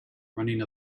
running